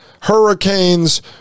hurricanes